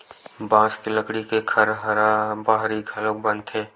बांस के लकड़ी के खरहारा बाहरी घलोक बनथे